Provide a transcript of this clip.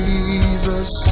Jesus